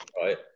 right